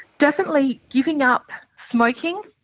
definitely giving up smoking,